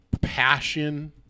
passion